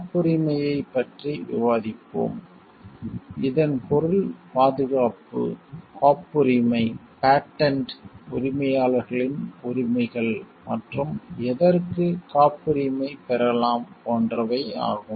காப்புரிமையைப் patent பற்றி விவாதிப்போம் இதன் பொருள் பாதுகாப்பு காப்புரிமை பேட்டண்ட் உரிமையாளர்களின் உரிமைகள் மற்றும் எதற்கு காப்புரிமை பேட்டண்ட் பெறலாம் போன்றவை ஆகும்